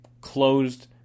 closed